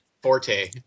Forte